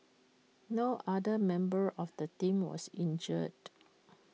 no other member of the team was injured